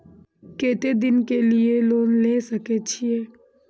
केते दिन के लिए लोन ले सके छिए?